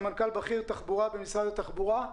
סמנכ"ל בכיר תחבורה במשרד התחבורה,